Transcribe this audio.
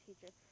teachers